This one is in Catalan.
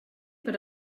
per